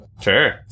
Sure